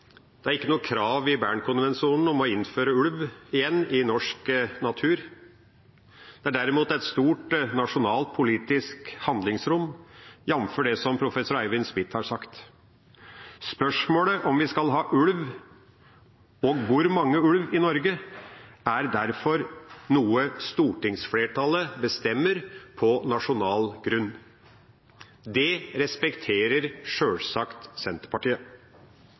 Det er ikke noe krav i Bern-konvensjonen om å innføre ulv igjen i norsk natur. Det er derimot et stort nasjonalt politisk handlingsrom, jamfør det professor Eivind Smith har sagt. Spørsmålet om vi skal ha ulv, og hvor mange ulv, i Norge, er derfor noe stortingsflertallet bestemmer på nasjonal grunn. Det respekterer sjølsagt Senterpartiet.